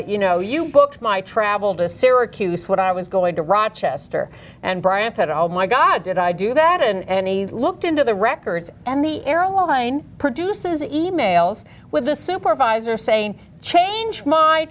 you know you booked my travel to syracuse what i was going to rochester and bryant said all my god did i do that and he looked into the records and the airline produces the e mails with the supervisor saying change my